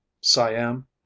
Siam